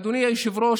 אדוני היושב-ראש,